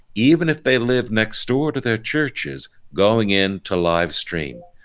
even if they live next door to their churches going in to live stream.